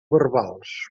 verbals